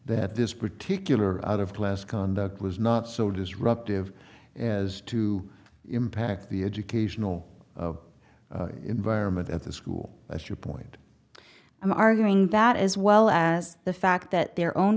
that this particular out of class conduct was not so disruptive as to impact the educational environment at the school as you point i'm arguing that as well as the fact that their own